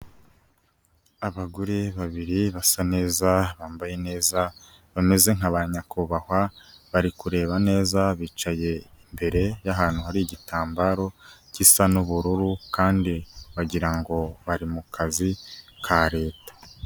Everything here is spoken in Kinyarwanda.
Abagore babiri basa neza, bambaye neza, bameze nka ba nyakubahwa, bari kureba neza bicaye imbere y'ahantu hari igitambaro gisa n'ubururu, kandi wagira ngo bari mu kazi ka leta.